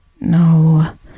No